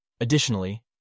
Additionally